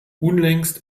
unlängst